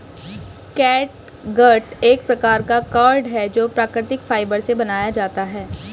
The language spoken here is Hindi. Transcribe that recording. कैटगट एक प्रकार का कॉर्ड है जो प्राकृतिक फाइबर से बनाया जाता है